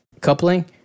coupling